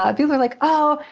ah people are like, oh,